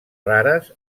rares